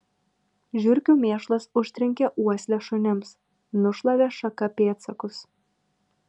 žiurkių mėšlas užtrenkė uoslę šunims nušlavė šaka pėdsakus